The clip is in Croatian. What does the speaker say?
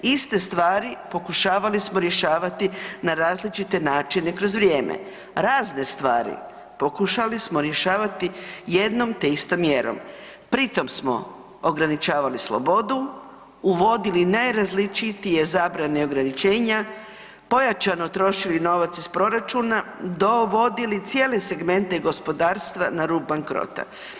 Iste stvari pokušavali smo rješavati na različite načine kroz vrijeme, razne stvari pokušali smo rješavati jednom te istom mjerom pritom smo ograničavali slobodu, uvodili najrazličitije zabrane i ograničenja, pojačano trošili novac iz proračuna, dovodili cijele segmente gospodarstva na rub bankrota.